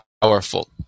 powerful